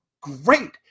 great